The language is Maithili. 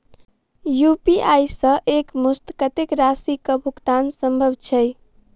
यु.पी.आई सऽ एक मुस्त कत्तेक राशि कऽ भुगतान सम्भव छई?